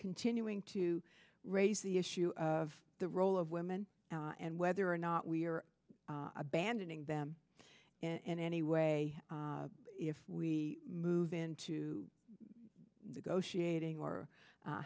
continuing to raise the issue of the role of women and whether or not we are abandoning them in any way if we move into